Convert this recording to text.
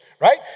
right